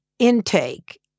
intake